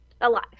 alive